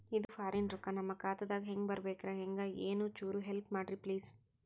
ಇದು ಫಾರಿನ ರೊಕ್ಕ ನಮ್ಮ ಖಾತಾ ದಾಗ ಬರಬೆಕ್ರ, ಹೆಂಗ ಏನು ಚುರು ಹೆಲ್ಪ ಮಾಡ್ರಿ ಪ್ಲಿಸ?